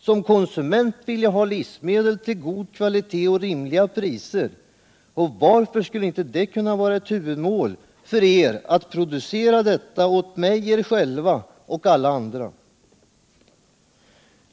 Som konsument vill jag ha livsmedel av = Jordbrukspolitigod kvalitet och till rimliga priser, och varför skulle det inte kunna vara — ken, m.m. ett huvudmål för er att producera detta åt mig, er själva och alla andra?